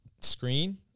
screen